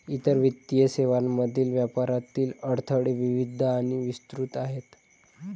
इतर वित्तीय सेवांमधील व्यापारातील अडथळे विविध आणि विस्तृत आहेत